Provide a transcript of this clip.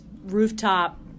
rooftop